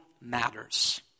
matters